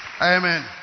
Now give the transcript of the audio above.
Amen